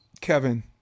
Kevin